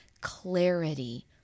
clarity